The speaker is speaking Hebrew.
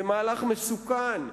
זה מהלך מסוכן,